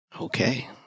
Okay